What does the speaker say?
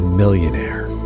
millionaire